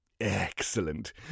Excellent